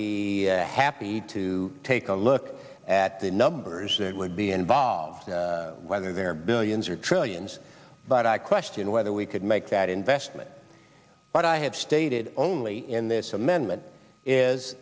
be happy to take a look at the numbers they're going to be involved whether there are billions or trillions but i question whether we could make that investment but i have stated only in this amendment is